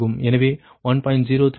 எனவே 1